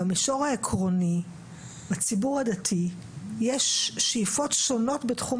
במישור העקרוני לציבור הדתי יש שאיפות שונות בתחום